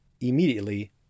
immediately